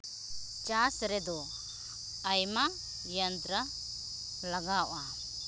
ᱪᱟᱥ ᱨᱮᱫᱚ ᱟᱭᱢᱟ ᱡᱚᱱᱛᱨᱚ ᱞᱟᱜᱟᱣᱼᱟ